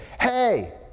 hey